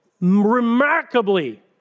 remarkably